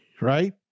right